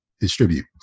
distribute